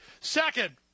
second